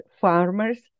farmers